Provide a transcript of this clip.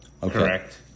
Correct